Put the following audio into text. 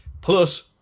Plus